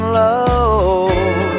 love